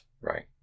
Right